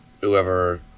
whoever